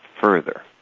further